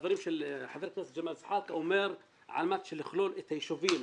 חבר הכנסת ג'מאל זחאלקה אומר שעל מנת לכלול את היישובים